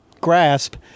grasp